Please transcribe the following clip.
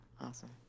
awesome